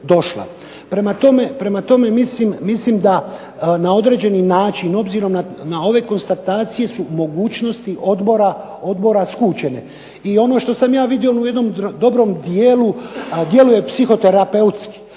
Prema tome, mislim da na određeni način, obzirom na ove konstatacije su mogućnosti odbora skučene. I ono što sam ja vidio u jednom dobrom dijelu, djeluje psihoterapeutski,